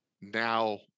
now